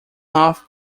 off